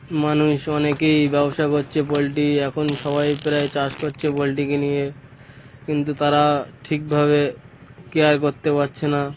মানুষ অনেকেই ব্যবসা করছে পোলট্রি এখন সবাই প্রায় চাষ করছে পোলট্রিকে নিয়ে কিন্তু তারা ঠিকভাবে কেয়ার করতে পারছে না